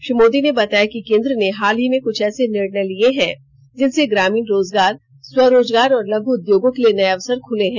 श्री मोदी ने बताया कि केन्द्र ने हाल ही में कुछ ऐसे निर्णय लिये हैं जिनसे ग्रामीण रोजगार स्व रोजगार और लघु उद्योगों के लिए नये अवसर खुले हैं